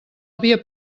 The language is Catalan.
havia